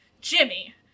Jimmy